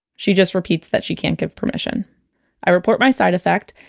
she just repeats that she can't give permission i report my side effect.